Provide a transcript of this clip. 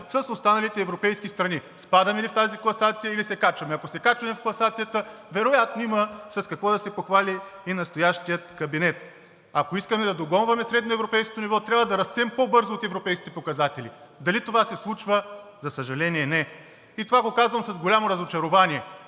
с останалите европейски страни: спадаме ли в тази класация, или се качваме? Ако се качваме в класацията, вероятно има с какво да се похвали и настоящият кабинет. Ако искаме да догонваме средноевропейско ниво, трябва да растем по-бързо от европейските показатели. Дали това се случва? За съжаление, не. Казвам това с голямо разочарование.